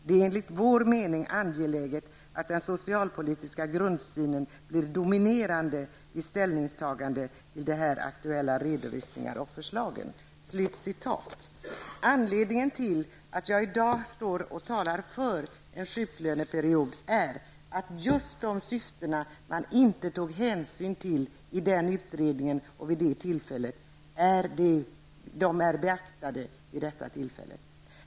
Det är enligt vår mening angeläget att den socialpolitiska grundsynen blir dominerande vid ställningstagande till de här aktuella redovisningarna och förslagen. Här slutar referatet. Anledningen till att jag i dag står och talar för en sjuklöneperiod är att just de syften man inte tog hänsyn till i den utredningen, vid det tillfället, är beaktade vid detta tillfälle.